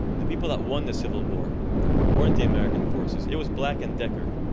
the people that won the civil war weren't the american forces. it was black and decker.